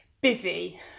busy